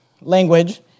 language